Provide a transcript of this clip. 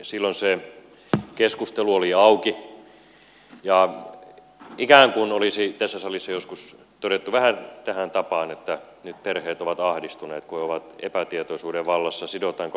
silloin se keskustelu oli auki ja ikään kuin olisi tässä salissa joskus todettu vähän tähän tapaan että nyt perheet ovat ahdistuneet kun ne ovat epätietoisuuden vallassa siitä sidotaanko lapsilisät indeksiin